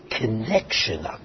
connection